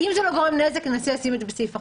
אם זה לא גורם נזק, ננסה לשים את זה בסעיף אחר.